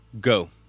Go